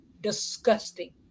disgusting